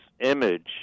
image